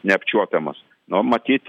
neapčiuopiamas nu matyt